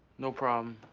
no problem.